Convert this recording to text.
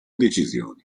decisioni